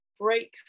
break